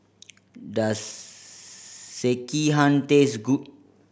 does Sekihan taste good